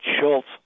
Schultz